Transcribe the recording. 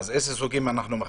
אילו סוגים?